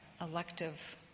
elective